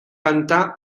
cantar